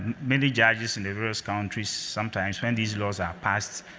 and many judges in the various countries sometimes when the laws are passed,